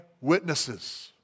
witnesses